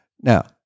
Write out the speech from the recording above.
Now